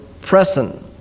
present